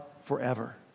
forever